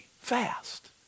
fast